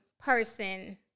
person